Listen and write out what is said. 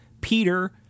Peter